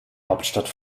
hauptstadt